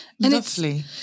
Lovely